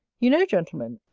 you know, gentlemen,